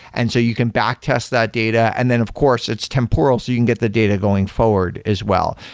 and so you can back test that data. and then of course it's temporal, so you can get the data going forward as well.